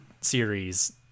series